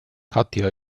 katja